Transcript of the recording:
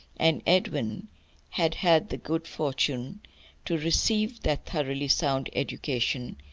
and edwin had had the good fortune to receive that thoroughly sound education,